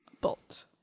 bolt